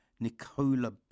Nicola